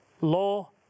Law